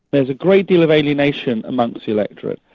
there's a great deal of alienation amongst the electorate.